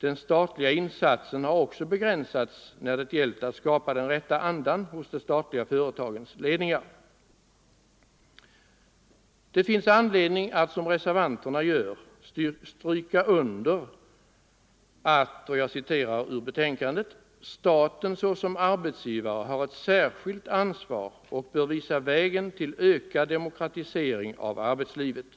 Den statliga insatsen har också begränsats när det gäller att skapa den rätta andan hos de statliga företagens ledningar. Det finns anledning att, som reservanterna gör, stryka under att staten Nr 130 ”såsom arbetsgivare har ett särskilt ansvar och bör visa vägen till ökad Torsdagen den demokratisering av arbetslivet”.